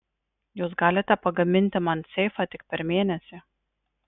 jūs galite pagaminti man seifą tik per mėnesį